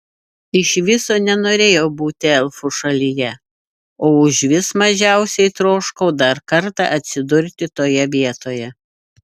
iš viso nenorėjau būti elfų šalyje o užvis mažiausiai troškau dar kartą atsidurti toje vietoje